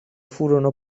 furono